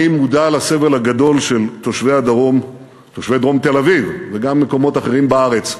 אני מודע לסבל הגדול של תושבי דרום תל-אביב וגם של מקומות אחרים בארץ.